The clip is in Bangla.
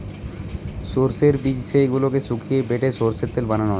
সোর্সের বীজ যেই গুলাকে শুকিয়ে বেটে সোর্সের তেল বানানা হচ্ছে